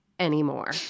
anymore